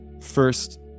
first